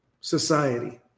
society